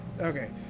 okay